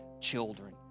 children